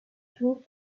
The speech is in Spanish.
club